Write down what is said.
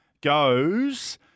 goes